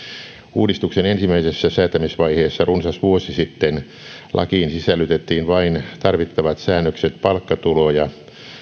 uudistuksen ensimmäisessä säätämisvaiheessa runsas vuosi sitten lakiin sisällytettiin vain tarvittavat säännökset palkkatuloja